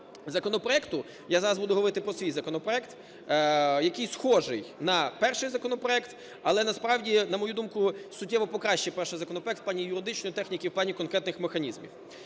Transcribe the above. я зараз буду говорити про свій законопроект, який схожий на перший законопроект, але, насправді, на мою думку, суттєво покращує перший законопроект в плані юридичної техніки, в плані конкретних механізмів.